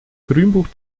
grünbuch